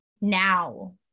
now